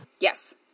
Yes